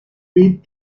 weed